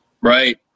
Right